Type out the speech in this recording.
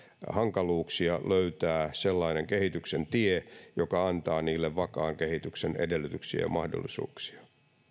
hankaluuksia löytää sellainen kehityksen tie joka antaa niille vakaan kehityksen edellytyksiä ja mahdollisuuksia